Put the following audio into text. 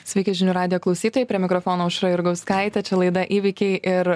sveiki žinių radijo klausytojai prie mikrofono aušra jurgauskaitė čia laida įvykiai ir